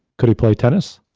could he play tennis?